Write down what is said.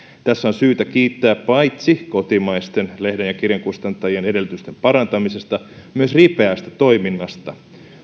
tässä on syytä kiittää paitsi kotimaisten lehden ja kirjankustantajien edellytysten parantamisesta myös ripeästä toiminnasta